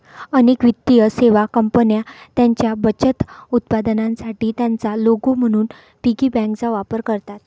अनेक वित्तीय सेवा कंपन्या त्यांच्या बचत उत्पादनांसाठी त्यांचा लोगो म्हणून पिगी बँकांचा वापर करतात